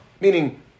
meaning